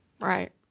Right